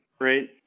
right